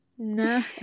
No